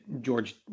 George